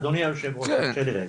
אדוני היושב ראש תרשה לי רגע.